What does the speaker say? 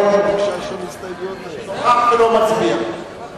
(קורא בשמות חברי הכנסת)